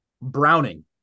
Browning